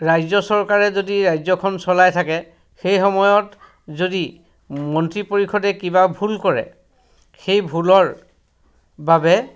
ৰাজ্য চৰকাৰে যদি ৰাজ্যখন চলাই থাকে সেই সময়ত যদি মন্ত্ৰী পৰিষদে কিবা ভুল কৰে সেই ভুলৰ বাবে